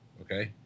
Okay